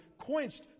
quenched